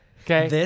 Okay